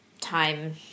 time